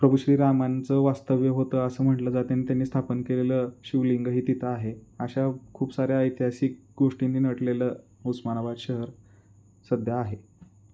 प्रभु श्रीरामांचं वास्तव्य होतं असं म्हंटलं जातं न त्यांनी स्थापन केलेलं शिवलिंगही तिथं आहे अशा खूप साऱ्या ऐतिहासिक गोष्टींनी नटलेलं उस्मानाबाद शहर सध्या आहे